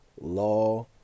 law